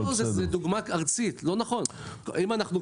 לא נכון,